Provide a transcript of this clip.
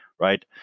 Right